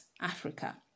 Africa